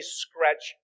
scratch